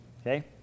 okay